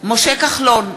משה כחלון,